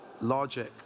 logic